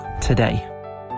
today